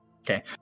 Okay